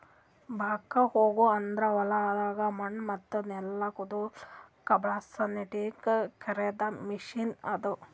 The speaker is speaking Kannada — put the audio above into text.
ಬ್ಯಾಕ್ ಹೋ ಅಂದುರ್ ಹೊಲ್ದಾಗ್ ಮಣ್ಣ ಮತ್ತ ನೆಲ ಕೆದುರ್ಲುಕ್ ಬಳಸ ನಟ್ಟಿಂದ್ ಕೆದರ್ ಮೆಷಿನ್ ಅದಾ